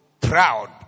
Proud